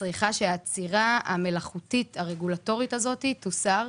צריכה שהעצירה המלאכותית הרגולטורית הזאת תוסר.